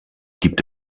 gibt